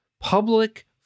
public